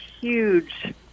huge